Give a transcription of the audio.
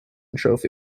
trophy